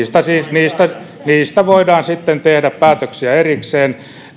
ja niistä voidaan sitten tehdä päätöksiä erikseen